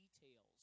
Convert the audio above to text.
details